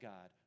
God